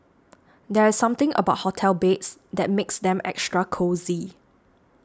there's something about hotel beds that makes them extra cosy